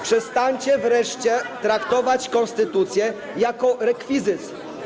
Przestańcie wreszcie traktować konstytucję jako rekwizyt.